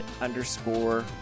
underscore